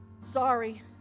Sorry